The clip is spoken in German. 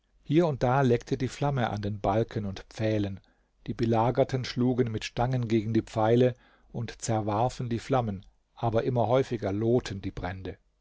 hier und da leckte die flamme an den balken und pfählen die belagerten schlugen mit stangen gegen die pfeile und zerwarfen die flammen aber immer häufiger lohten die brände